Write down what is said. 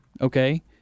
Okay